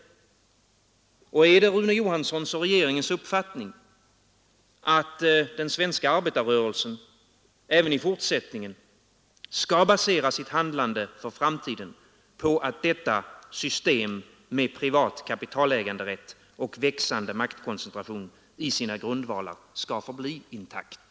Och är det Rune Johanssons och regeringens uppfattning att den svenska arbetarrörelsen även i fortsättningen skall basera sitt handlande för framtiden på att detta system med privat kapitaläganderätt och växande maktkoncentration i sina grundvalar skall förbli intakt?